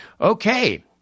Okay